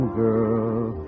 girl